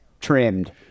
trimmed